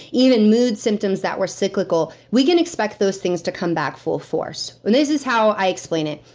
even mood symptoms that were cyclical, we can expect those things to come back full force. and this is how i explain it.